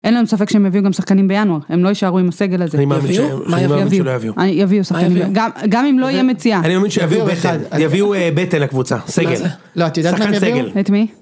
אין לנו ספק שהם יביאו גם שחקנים בינואר, הם לא יישארו עם הסגל הזה, הם יביאו שחקנים, מה יביאו. יביאו שחקנים. גם אם לא יהיה מציאה. אני מאמין שיביאו הם יביאו בטן לקבוצה, סגל, שחקן סגל. לא, את יודעת את מי הם יביאו? את מי?